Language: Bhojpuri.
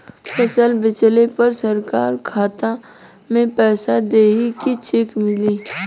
फसल बेंचले पर सरकार खाता में पैसा देही की चेक मिली?